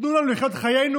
תנו לנו לחיות את חיינו,